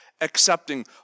accepting